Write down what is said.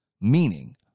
meaning